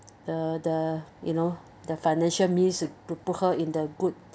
the the you know the financial means to pu~ put her in the good